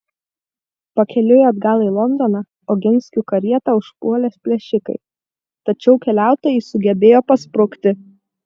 pakeliui atgal į londoną oginskių karietą užpuolė plėšikai tačiau keliautojai sugebėjo pasprukti